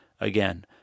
again